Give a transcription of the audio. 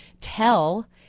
tell